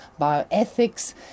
bioethics